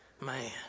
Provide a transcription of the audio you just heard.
man